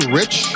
rich